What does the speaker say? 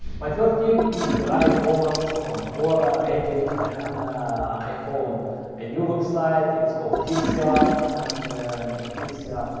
my third tip is to write comments on quora, reddit, and i found a new website, it's called fixya. um and in fixya,